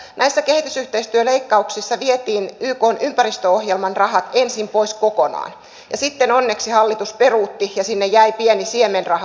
näissä kehitysyhteistyöleikkauksissa vietiin ykn ympäristöohjelman rahat ensin pois kokonaan ja sitten onneksi hallitus peruutti ja sinne jäi pieni siemenraha